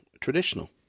traditional